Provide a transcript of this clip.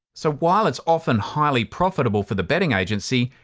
so while it's often highly profitable for the betting agency,